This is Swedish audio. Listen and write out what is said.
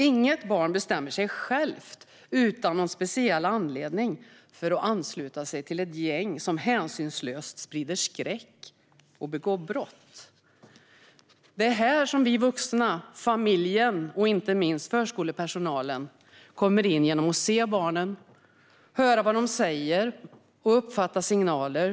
Inget barn bestämmer sig självt, utan någon speciell anledning, för att ansluta till ett gäng som hänsynslöst sprider skräck och begår brott. Det är här som vi vuxna, familjen och inte minst förskolepersonalen, kommer in genom att se barnen, höra vad de säger och uppfatta signaler.